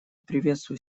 приветствую